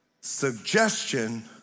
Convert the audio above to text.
suggestion